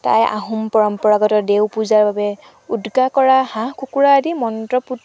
টাই আহোম পৰম্পৰাগত দেও পূজাৰ বাবে উদগাহ কৰা হাঁহ কুকুৱা আদি মন্ত্ৰপুত কৰি